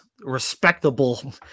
respectable